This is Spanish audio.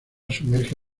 sumerge